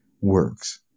works